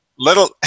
Little